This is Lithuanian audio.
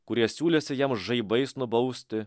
kurie siūlėsi jam žaibais nubausti